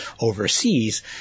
overseas